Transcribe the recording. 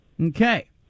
Okay